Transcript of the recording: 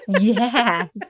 Yes